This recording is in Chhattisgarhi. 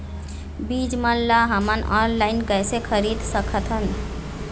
बीज मन ला हमन ऑनलाइन कइसे खरीद सकथन?